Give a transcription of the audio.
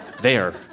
There